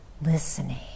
listening